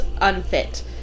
unfit